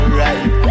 right